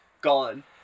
gone